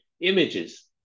images